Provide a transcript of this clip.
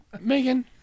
Megan